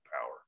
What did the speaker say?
power